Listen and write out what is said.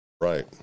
Right